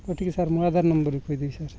ହଉ ଠିକ୍ ଅଛି ସାର୍ ମୁଁ ଆଧାର ନମ୍ବର୍ ବି କହିଦେବି ସାର୍